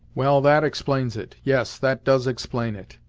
well that explains it yes, that does explain it.